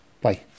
Bye